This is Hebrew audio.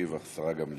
תשיב השרה גמליאל.